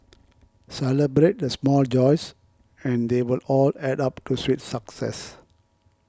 celebrate the small joys and they will all add up to sweet success